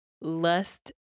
lust